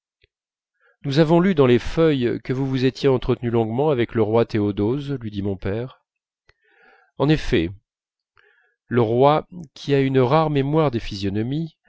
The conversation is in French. nous avons lu dans les feuilles que vous vous étiez entretenu longuement avec le roi théodose lui dit mon père en effet le roi qui a une rare mémoire des physionomies